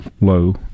low